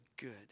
good